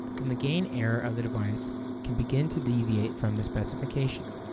then the gain error of the device can begin to deviate from the specification.